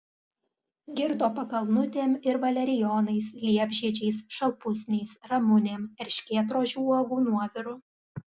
girdo pakalnutėm ir valerijonais liepžiedžiais šalpusniais ramunėm erškėtrožių uogų nuoviru